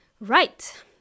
Right